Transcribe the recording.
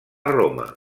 roma